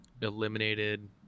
eliminated